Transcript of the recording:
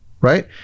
right